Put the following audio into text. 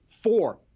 four